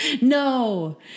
no